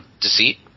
Deceit